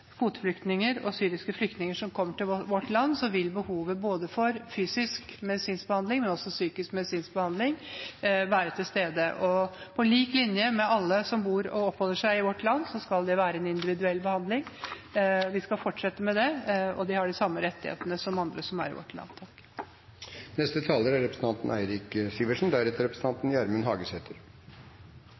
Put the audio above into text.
kvoteflyktninger og syriske flyktninger – som kommer til vårt land, vil behovet for både fysisk og psykisk medisinsk behandling være til stede, og på lik linje med alle som bor og oppholder seg i vårt land, skal det være en individuell behandling. Vi skal fortsette med det, og de har de samme rettighetene som andre som er i vårt land.